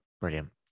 Brilliant